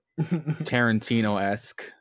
tarantino-esque